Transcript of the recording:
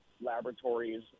laboratories